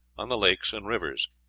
on the lakes and rivers.